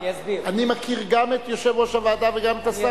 אני מכיר גם את יושב-ראש הוועדה וגם את השר,